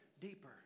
deeper